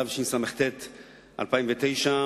התשס”ט 2009,